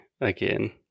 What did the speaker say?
again